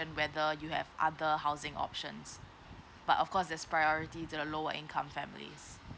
whether you have other housing options but of course there's priority to the lower income families